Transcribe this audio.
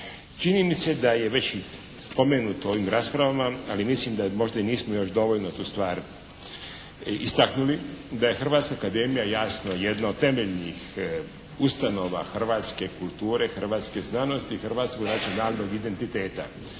Čini mi se da je već spomenuto u ovim raspravama, ali mislim da možda i nismo još dovoljno tu stvar istaknuli da je Hrvatska akademija jasno jedna od temeljnih ustanova hrvatske kulture, hrvatske znanosti, hrvatskog nacionalnog identiteta.